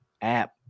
App